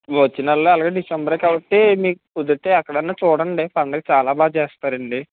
వచ్చే నెల ఎలాగా డిసెంబరే కాబట్టి మీకు కుదిరితే ఎక్కడైనా చూడండి పండుగ చాలా బాగా చేస్తారండి